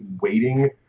waiting